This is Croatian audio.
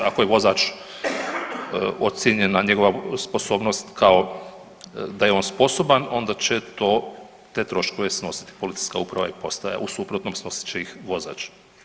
Ako je vozač ocijenjena njegova sposobnost kao da je on sposoban, onda će te troškove snositi policijska uprava i postaja, u suprotnom snosit će ih vozač.